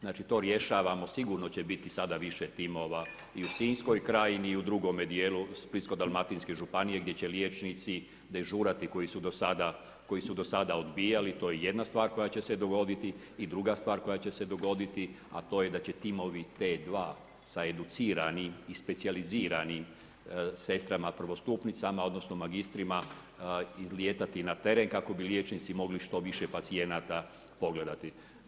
Znači to rješavamo, sigurno će biti sada više timova i u sinjskoj krajnji i u drugome dijelu Splitskoj dalmatinske županije, gdje će liječnici dežurati koji su do sada odbijali, to je jedna stvar koja će se dogoditi i druga stvar koja će se dogoditi, a to je da će timovi T2 sa educiranim i specijaliziranim sestrama prvostupnicama odnosno, magistrima lijetati na teren, kako bi liječnici mogli što više pacijenata pogledati.